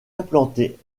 implantée